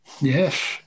Yes